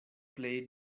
plej